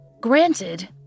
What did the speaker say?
Granted